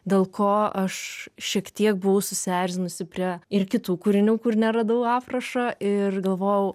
dėl ko aš šiek tiek buvau susierzinusi prie ir kitų kūrinių kur neradau aprašo ir galvojau